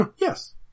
Yes